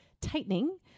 tightening